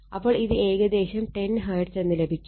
അപ്പോൾ ഇത് ഏകദേശം 10 Hz എന്ന് ലഭിക്കും